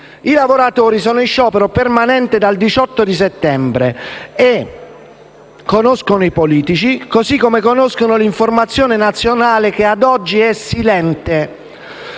I lavoratori sono in sciopero permanente dal 18 settembre e conoscono i politici, così come conoscono l'informazione nazionale che, ad oggi, è silente.